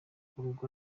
uregwa